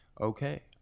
Okay